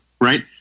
right